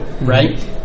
right